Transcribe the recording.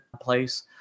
place